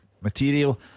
material